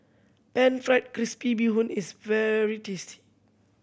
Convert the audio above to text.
Pan Fried Crispy Bee Hoon is very tasty